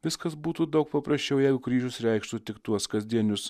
viskas būtų daug paprasčiau jeigu kryžiaus reikštų tik tuos kasdienius